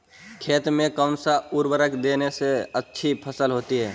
खेत में कौन सा उर्वरक देने से अच्छी फसल होती है?